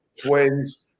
twins